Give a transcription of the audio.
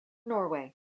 norway